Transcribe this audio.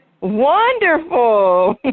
wonderful